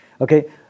Okay